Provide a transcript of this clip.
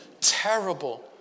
terrible